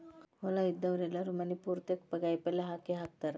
ಹೊಲಾ ಇದ್ದಾವ್ರು ಎಲ್ಲಾರೂ ಮನಿ ಪುರ್ತೇಕ ಕಾಯಪಲ್ಯ ಹಾಕೇಹಾಕತಾರ